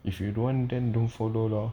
if you don't want then don't follow lor